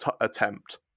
attempt